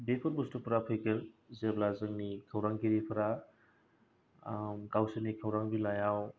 बेफोर बुस्थुफोरा फैगोन जेब्ला जोंनि खौरां गिरिफोरा गावसोरनि खौरां बिलाइआव